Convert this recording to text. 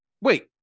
Wait